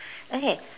okay